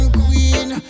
queen